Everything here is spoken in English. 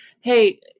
Hey